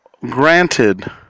granted